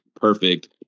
perfect